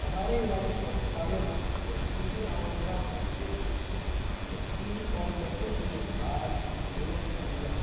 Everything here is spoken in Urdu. ہمارے علاقے کے اسپتالوں میں بہترین اور عمدہ طریقے سے زچگی اور بچوں کی دیکھ بھال کی سہولت مہیا ہیں